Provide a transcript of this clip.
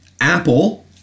Apple